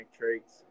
traits